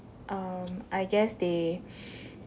um I guess they